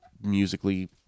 musically